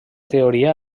teoria